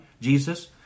Jesus